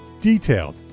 Detailed